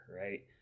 right